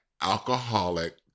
alcoholic